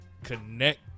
connect